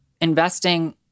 investing